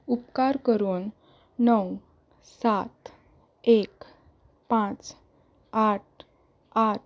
उपकार करून णव सात एक पांच आठ आठ